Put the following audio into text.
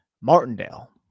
Martindale